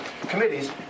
committees